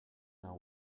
know